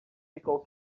ficou